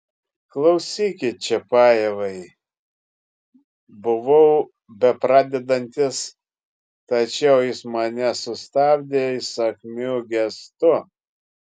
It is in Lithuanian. klausykit čiapajevai buvau bepradedantis tačiau jis mane sustabdė įsakmiu gestu